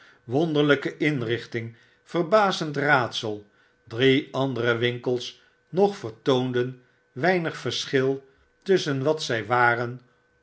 wonderlyke inrichting verbazend raadsel drie andere winkels nog vertoonden weinig verschil tusschen mimmmm wat zij waren